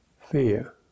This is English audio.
fear